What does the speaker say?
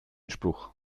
spruch